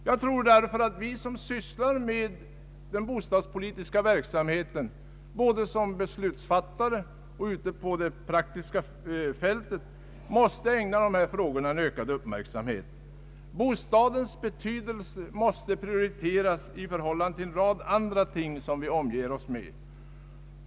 Jag tror därför att vi som sysslar med den bostadspolitiska verksamheten, både som beslutsfattare och ute på det praktiska fältet, måste ägna dessa frågor ökad uppmärksamhet. Bostadens betydelse måste prioriteras i förhållande till en rad andra ting som vi omger oss med.